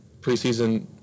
preseason